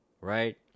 right